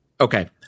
Okay